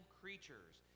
creatures